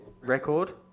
record